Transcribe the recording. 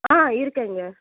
ஆ இருக்கேன்ங்க